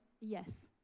yes